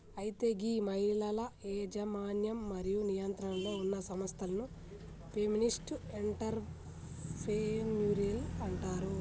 అయితే గీ మహిళల యజమన్యం మరియు నియంత్రణలో ఉన్న సంస్థలను ఫెమినిస్ట్ ఎంటర్ప్రెన్యూరిల్ అంటారు